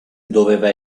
doveva